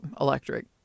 electric